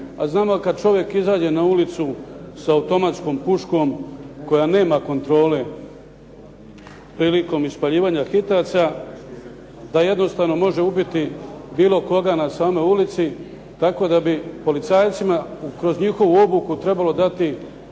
a znamo kada čovjek izađe na ulicu sa automatskom puškom koja nema kontrole prilikom ispaljivanja hitaca, da jednostavno može ubiti bilo koga na samoj ulici. Tako da bi policajcima kroz njihovu obuku trebalo dati